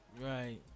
right